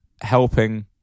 Helping